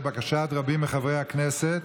לבקשת רבים מחברי הכנסת,